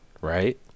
right